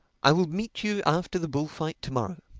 i will meet you after the bullfight to-morrow.